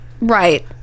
right